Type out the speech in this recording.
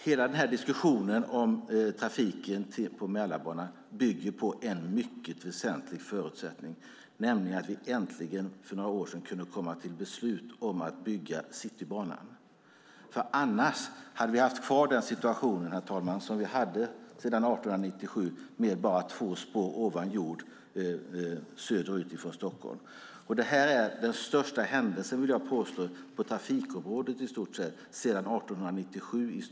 Hela diskussionen om trafiken på Mälarbanan bygger på en mycket väsentlig förutsättning, nämligen att vi för några år sedan äntligen kunde komma fram till beslut om att bygga Citybanan. Annars hade vi haft kvar den situation, herr talman, som vi haft sedan 1897 med bara två spår ovan jord söderut från Stockholm. Jag vill påstå att det som inträffar nu i stort sett är den största händelsen på trafikområdet i Stockholm sedan 1897.